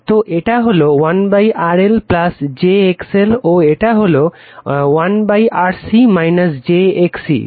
তো এটা হলো 1RL j XL ও এটা হলো 1RC j XC